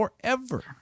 Forever